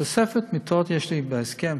תוספת מיטות, יש לי בהסכם